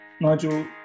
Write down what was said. Nigel